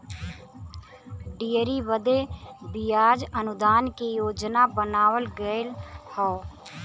dairy बदे बियाज अनुदान के योजना बनावल गएल हौ